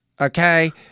Okay